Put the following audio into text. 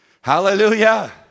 Hallelujah